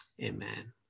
Amen